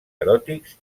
eròtics